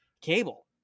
Cable